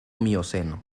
mioceno